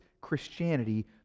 Christianity